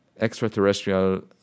extraterrestrial